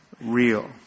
real